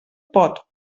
pot